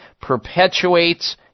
perpetuates